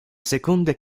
seconde